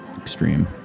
extreme